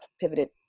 pivoted